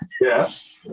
Yes